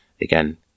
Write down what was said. again